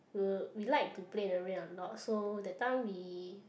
uh we like to play in the rain a lot so the time we